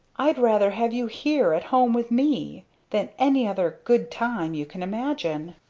i'd rather have you here at home with me than any other good time you can imagine!